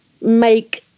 make